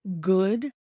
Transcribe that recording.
good